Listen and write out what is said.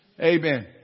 Amen